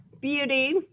beauty